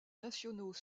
nationaux